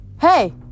Hey